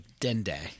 Dende